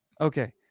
Okay